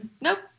Nope